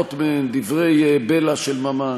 שרבות מהן דברי בלע של ממש,